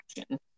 action